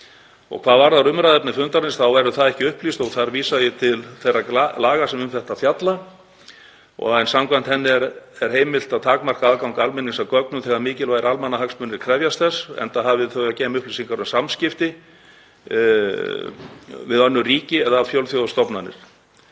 Hvað varðar umræðuefni fundarins verður það ekki upplýst og þar vísa ég til þeirra laga sem um þetta fjalla en samkvæmt þeim er heimilt að takmarka aðgang almennings að gögnum þegar mikilvægir almannahagsmunir krefjast þess, enda hafi þau að geyma upplýsingar um samskipti við önnur ríki eða fjölþjóðastofnanir.